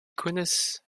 connaissent